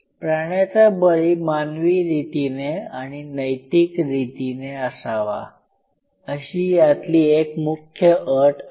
प्राण्याचा बळी मानवी रीतीने आणि नैतिक रीतीने असावा अशी यातली एक मुख्य अट आहे